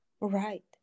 Right